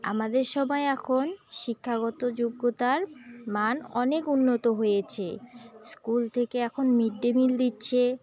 আমাদের সবাই এখন শিক্ষাগত যোগ্যতার মান অনেক উন্নত হয়েছে স্কুল থেকে এখন মিড ডে মিল দিচ্ছে